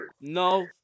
No